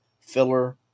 Filler